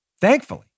Thankfully